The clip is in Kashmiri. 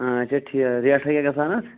آ اَچھا ٹھیٖک ریٹھاہ کیٛاہ گژھان اَتھ